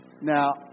Now